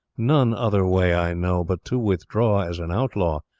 none other way i know, but to withdraw as an outlaw,